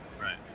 Right